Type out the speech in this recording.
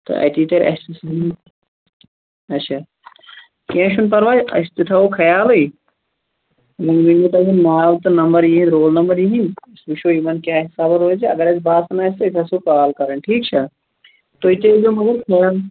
تہٕ أتی ترِ اَسہِ تہِ اچھا کیٚنٛہہ چھُنہٕ پرواے أسۍ تہِ تھاوَو خیالٕے وۅنۍ ؤنۍوٕ تۅہہِ ناو تہٕ نمبر أہٕنٛدِ رول نمبر أہٕنٛدِ أسۍ وُچھو یِمَن کیٛاہ حساباہ روزِ اگر اَسہِ باسان آسہِ تہٕ أسۍ آسو کال کران ٹھیٖک چھا تُہۍ تہِ ٲسۍزیٚو مگر خیال